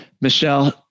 Michelle